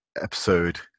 episode